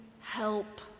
help